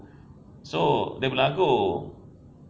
so dia bilang aku